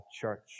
church